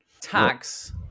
Tax